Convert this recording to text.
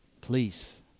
please